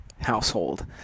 household